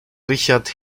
richard